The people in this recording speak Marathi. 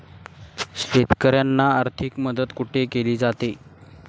शेतकऱ्यांना आर्थिक मदत कुठे केली जाते?